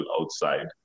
outside